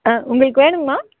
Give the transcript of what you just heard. ஆ உங்களுக்கு வேணுங்கமா